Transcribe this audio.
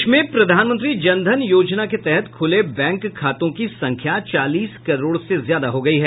देश में प्रधानमंत्री जन धन योजना के तहत खूले बैंक खातों की संख्या चालीस करोड़ से ज्यादा हो गयी है